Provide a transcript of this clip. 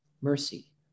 mercy